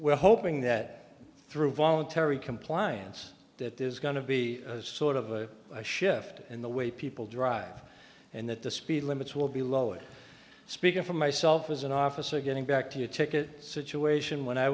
we're hoping that through voluntary compliance that there's going to be sort of a shift in the way people drive and that the speed limits will be lowered speaking for myself as an officer getting back to a ticket situation when i